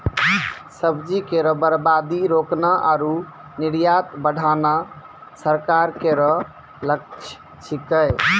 सब्जी केरो बर्बादी रोकना आरु निर्यात बढ़ाना सरकार केरो लक्ष्य छिकै